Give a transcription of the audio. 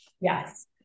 yes